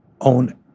own